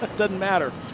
but doesn't matter.